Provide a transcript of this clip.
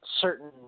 certain